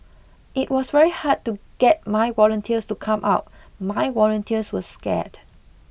it was very hard to get my volunteers to come out my volunteers were scared